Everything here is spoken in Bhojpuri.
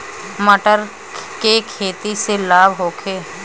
मटर के खेती से लाभ होखे?